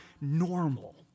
normal